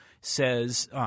says –